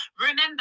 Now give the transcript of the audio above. remember